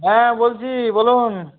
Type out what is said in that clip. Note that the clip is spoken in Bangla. হ্যাঁ বলছি বলুন